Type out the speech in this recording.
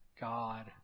God